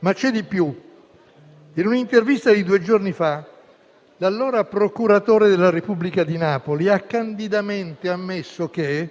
Ma c'è di più. In un'intervista di due giorni fa l'allora procuratore della Repubblica di Napoli ha candidamente ammesso che